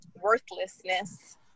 worthlessness